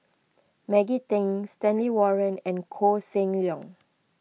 Maggie Teng Stanley Warren and Koh Seng Leong